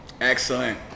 excellent